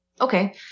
Okay